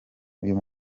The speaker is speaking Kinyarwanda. uyu